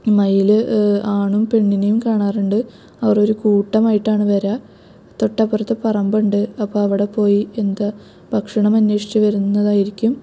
മയില് ആണും പെണ്ണിനേയും കാണാറുണ്ട് അവർ ഒരു കൂട്ടമായിട്ടാണ് വരിക തൊട്ടപ്പുറത്ത് പറമ്പുണ്ട് അപ്പം ആവിടെ പോയി എന്ത് ഭക്ഷണം അന്വേഷിച്ച് വരുന്നതായിരിക്കും